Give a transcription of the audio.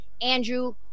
Andrew